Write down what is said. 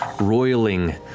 roiling